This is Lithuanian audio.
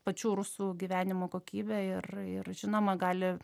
pačių rusų gyvenimo kokybę ir ir žinoma gali